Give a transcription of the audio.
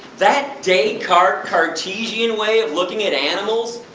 that descartes' cartesian way of looking at animals,